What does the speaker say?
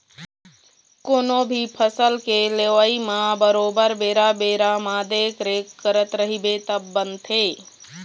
कोनो भी फसल के लेवई म बरोबर बेरा बेरा म देखरेख करत रहिबे तब बनथे